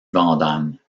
vandamme